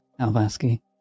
Alvaski